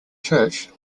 church